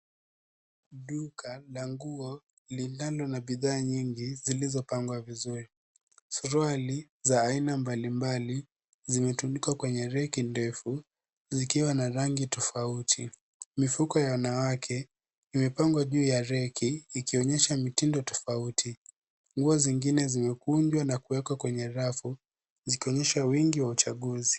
Duka la nguo linalo na bidhaa nyingi zilizopangwa vizuri, suruali za aina mbali mbali zimetundikwa kwenye reki ndefu zikuwa na rangi tofauti. Mifuko ya wanawake, imepangwa juu ya reki, ikionesha mitindo tofauti, nguo zingine zimekunjwa na kuwekwa kwenye rafu, zikionesha wingi wa uchaguzi.